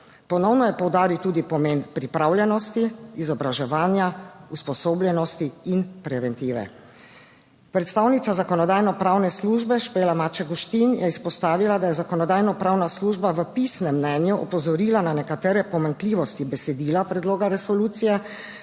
Ponovno je poudaril tudi pomen pripravljenosti, izobraževanja, usposobljenosti in preventive. Predstavnica Zakonodajno-pravne službe Špela Maček Guštin je izpostavila, da je Zakonodajno-pravna služba v pisnem mnenju opozorila na nekatere pomanjkljivosti besedila predloga resolucije,